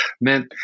meant